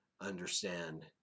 understand